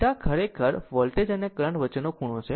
θ ખરેખર વોલ્ટેજ અને કરંટ વચ્ચેનો ખૂણો છે